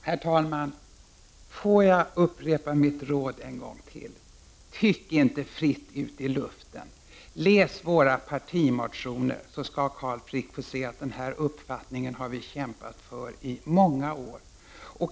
Herr talman! Får jag upprepa mitt råd en gång till: Tyck inte fritt ut i luften, läs våra partimotioner! Då skall Carl Frick få se att vi har kämpat för vår uppfattning i många år.